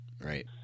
Right